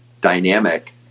dynamic